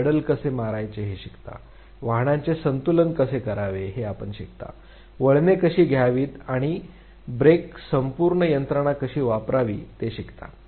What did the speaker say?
आपण पेडल कसे करावे हे शिकता वाहनाचे संतुलन कसे करावे हे आपण शिकता वळणे कशी घ्यावी शिकता आणि ब्रेक संपूर्ण यंत्रणा कशी वापरायची ते शिकता